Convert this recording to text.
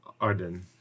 Arden